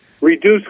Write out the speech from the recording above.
reduce